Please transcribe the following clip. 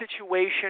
situation